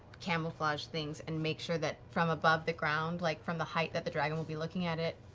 camouflage things and make sure that from above the ground, like from the height that the dragon will be looking at it,